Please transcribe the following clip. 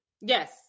Yes